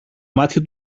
μάτια